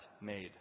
made